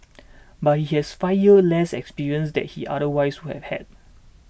but he has five years less experience that he otherwise would had